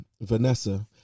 Vanessa